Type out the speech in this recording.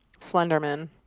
Slenderman